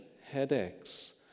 headaches